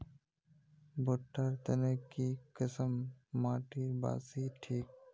भुट्टा र तने की किसम माटी बासी ठिक?